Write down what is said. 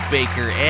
Baker